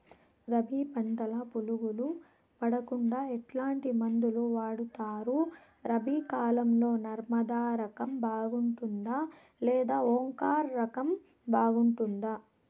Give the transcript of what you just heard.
రబి పంటల పులుగులు పడకుండా ఎట్లాంటి మందులు వాడుతారు? రబీ కాలం లో నర్మదా రకం బాగుంటుందా లేదా ఓంకార్ రకం బాగుంటుందా?